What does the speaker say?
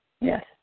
Yes